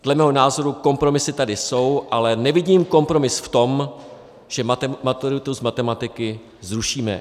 Dle mého názoru kompromisy tady jsou, ale nevidím kompromis v tom, že maturitu z matematiky zrušíme.